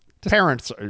parents